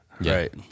Right